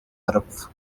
arapfa